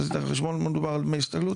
עשית חשבון במה מדובר על דמי הסתגלות?